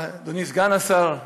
אדוני סגן השר,